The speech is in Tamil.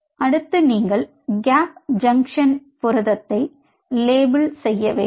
அடுத்து நீங்கள் கேப் ஜங்ஷன் புரதத்தை லேபிளிட வேண்டும்